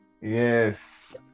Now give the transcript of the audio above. Yes